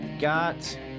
Got